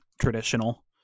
traditional